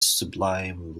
sublime